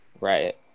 right